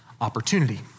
opportunity